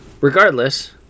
Regardless